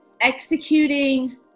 executing